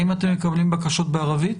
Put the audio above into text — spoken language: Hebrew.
האם אתם מקבלים בקשות בערבית?